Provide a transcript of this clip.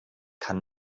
kann